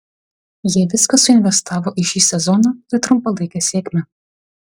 jie viską suinvestavo į šį sezoną ir trumpalaikę sėkmę